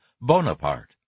Bonaparte